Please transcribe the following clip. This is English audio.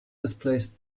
displaced